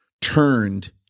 turned